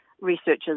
researchers